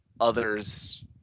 others